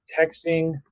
Texting